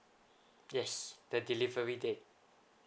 yes the delivery date